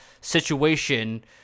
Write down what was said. situation